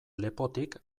lepotik